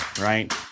right